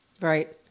Right